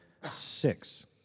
six